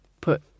put